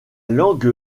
langue